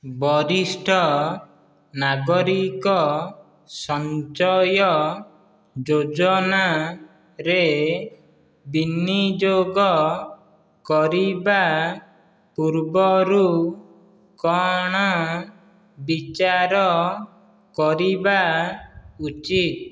ବରିଷ୍ଠ ନାଗରିକ ସଞ୍ଚୟ ଯୋଜନାରେ ବିନିଯୋଗ କରିବା ପୂର୍ବରୁ କ'ଣ ବିଚାର କରିବା ଉଚିତ